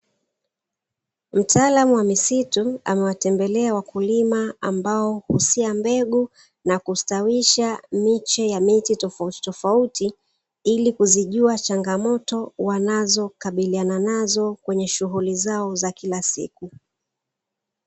Mtaalamu wa misitu amewatembelea wakulima ambao husia mbegu na kustawisha miche ya miti tofauti tofauti, ili kuzijua changamoto wanazokabiliana nazo kwenye shughuli zao za kila siku.